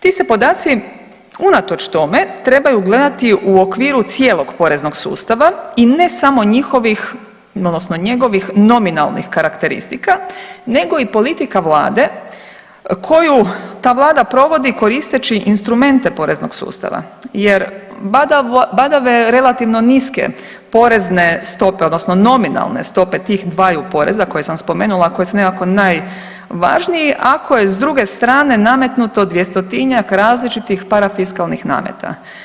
Ti se podaci unatoč tome trebaju gledati u okviru cijelog poreznog sustava i ne samo njihovih odnosno njegovih nominalnih karakteristika nego i politika vlade koju ta vlada provodi koristeći instrumente poreznog sustava jer badave relativno niske porezne stope odnosno nominalne stope tih dvaju poreza koje sam spomenula, a koji su nekako najvažniji ako je s druge strane nametnuto 200-tinjak različitih prafiskalnih nameta.